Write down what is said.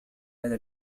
هذا